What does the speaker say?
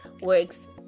Works